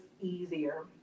easier